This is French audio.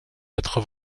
quatre